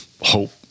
hope